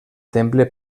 temple